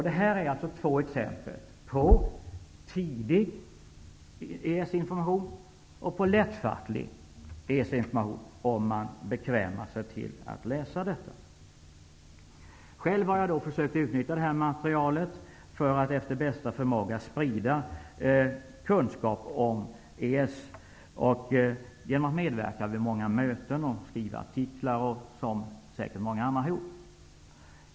Detta är två exempel på tidig och lättfattlig EES-information om man bekvämar sig att läsa dessa. Jag har själv försökt att utnyttja detta material för att efter bästa förmåga sprida kunskap om EES genom att medverka vid många möten och genom att skriva artiklar, vilket säkert också många andra har gjort.